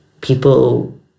people